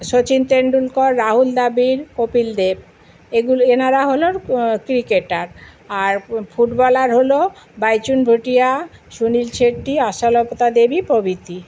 শচীন তেন্ডুলকর রাহুল দাবিড় কপিল দেব এগুলি এনারা হলোন ক্রিকেটার আর ফুটবলার হল বাইচুং ভুটিয়া সুনীল ছেত্রী আশালতা দেবী প্রভৃতি